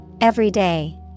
Everyday